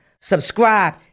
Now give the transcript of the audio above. subscribe